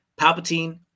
palpatine